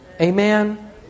Amen